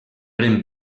eren